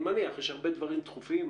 אני מניח יש הרבה דברים דחופים,